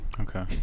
Okay